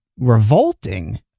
revolting